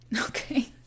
Okay